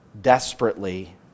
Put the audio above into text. desperately